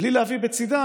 בלי להביא בצידה